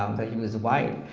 um that he was white,